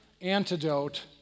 antidote